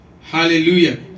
Hallelujah